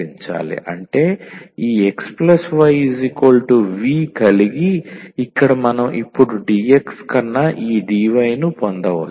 అంటే ఈ 𝑥 𝑦 𝑣 కలిగి ఇక్కడ మనం ఇప్పుడు dx కన్నా ఈ dy ను పొందవచ్చు